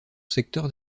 secteur